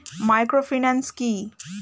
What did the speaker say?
Microfinance কি?